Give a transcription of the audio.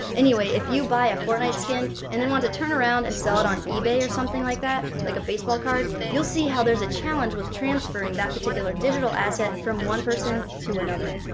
anyway, if you buy a fortnite skin and then want to turn around and sell it on ebay or something like like a baseball card, you'll see how there's a challenge with transferring that particular digital asset from one person to another.